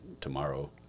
tomorrow